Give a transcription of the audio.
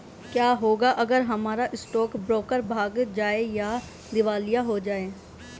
क्या होगा अगर हमारा स्टॉक ब्रोकर भाग जाए या दिवालिया हो जाये?